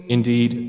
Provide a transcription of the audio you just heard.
Indeed